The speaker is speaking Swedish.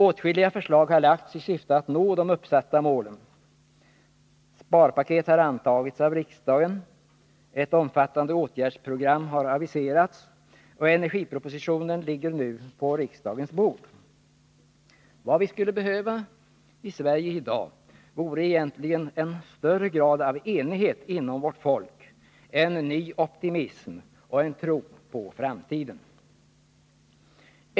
Åtskilliga förslag har lagts fram i syfte att nå de uppsatta målen. Sparpaket har antagits av riksdagen, ett omfattande åtgärdsprogram har aviserats, och energipropositionen ligger nu på riksdagens bord. Vad vi skulle behöva i Sverige i dag vore egentligen en högre grad av enighet inom vårt folk, en ny optimism och en tro på framtiden. Herr talman!